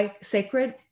sacred